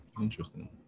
Interesting